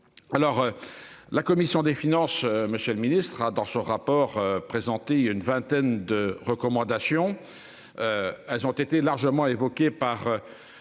Alors. La commission des finances, monsieur le ministre a dans ce rapport présenté une vingtaine de recommandations. Elles ont été largement évoqués par.